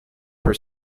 per